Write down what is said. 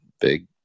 big